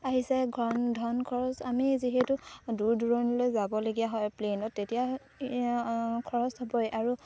আহিছে ধন খৰচ আমি যিহেতু দূৰ দূৰণিলৈ যাবলগীয়া হয় প্লেইনত তেতিয়া খৰচ হ'বই আৰু